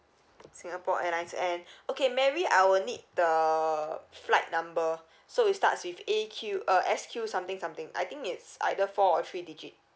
singapore airlines and okay mary I will need the flight number so it starts with A Q uh S Q something something I think it's either four or three digit